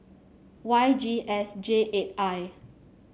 Y G S J eight I